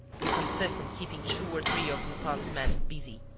will consist in keeping two or three of lupin's men busy.